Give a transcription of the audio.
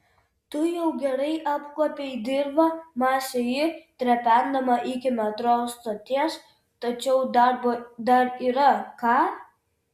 tu jau gerai apkuopei dirvą mąstė ji trependama iki metro stoties tačiau darbo dar yra ką